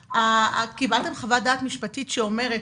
קיבלתם חוות דעת משפטית שאומרת,